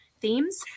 themes